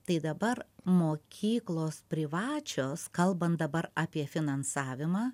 tai dabar mokyklos privačios kalbant dabar apie finansavimą